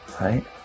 Right